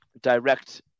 direct